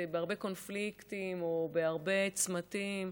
בהרבה קונפליקטים או בהרבה צמתים,